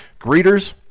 greeters